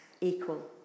equal